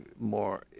more